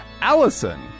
Allison